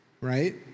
right